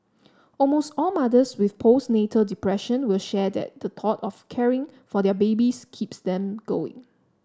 almost all mothers with postnatal depression will share that the thought of caring for their babies keeps them going